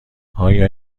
آیا